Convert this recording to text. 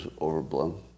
overblown